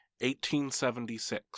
1876